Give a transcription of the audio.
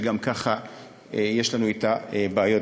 שגם כך יש לנו אתה בעיות,